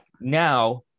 Now